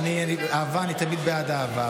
עכשיו תתחיל להיות מודאג.